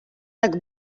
так